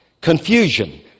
Confusion